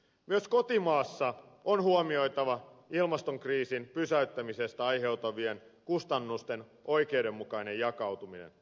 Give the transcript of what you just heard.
myös kotimaassa on huomioitava ilmastokriisin pysäyttämisestä aiheutuvien kustannusten oikeudenmukainen jakautuminen